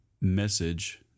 message